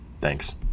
thanks